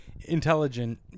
intelligent